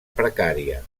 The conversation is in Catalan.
precària